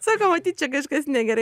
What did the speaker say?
sakau matyt čia kažkas negerai į